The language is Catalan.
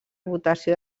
votació